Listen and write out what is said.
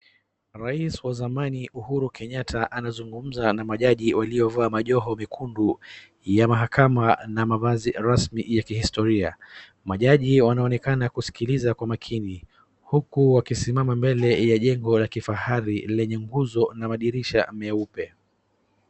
Rais wa zamani Uhuru Kenyatta anazungumza na majaji waliovaa majoho mekundu ya mahakama na mavazi rasmi ya kihistoria. Majaji wanaonekana kusikiliza kwa makini huku wakisimama mbele ya jengo la kifahari lenye nguzo na madirisha meupe.